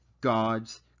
God's